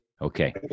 Okay